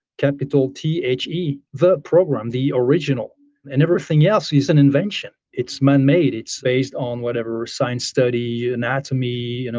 capital t h e, the program, the original and everything else is an invention, it's manmade, it's based on whatever science studies, yeah anatomy, you know